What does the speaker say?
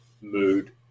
mood